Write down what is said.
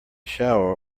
shower